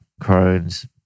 Crohn's